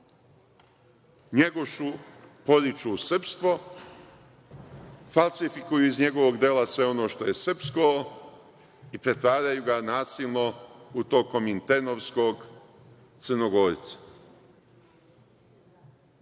NJegošu poriču srpstvo, falsifikuju iz njegovog dela sve ono što je srpsko i pretvaraju ga nasilno u tog kominternovskog Crnogorca. Šta